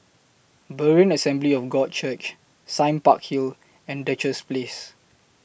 Berean Assembly of God Church Sime Park Hill and Duchess Place